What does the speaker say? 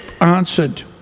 answered